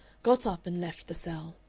got up and left the cell.